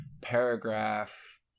paragraph